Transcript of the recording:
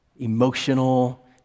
emotional